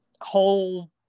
whole